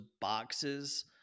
boxes